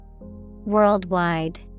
Worldwide